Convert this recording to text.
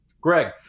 Greg